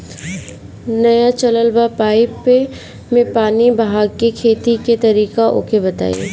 नया चलल बा पाईपे मै पानी बहाके खेती के तरीका ओके बताई?